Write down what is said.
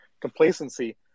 complacency